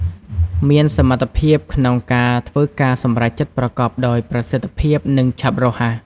មានសមត្ថភាពក្នុងការធ្វើការសម្រេចចិត្តប្រកបដោយប្រសិទ្ធភាព និងឆាប់រហ័ស។